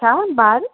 छा ॿार